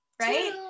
right